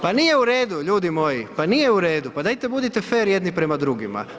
Pa nije u redu, ljudi moji, pa nije u redu, pa dajte budite fer jedni prema drugima.